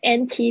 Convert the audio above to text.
nt